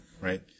right